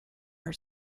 her